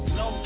no